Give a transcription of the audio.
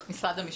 משרד המשפטים.